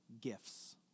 gifts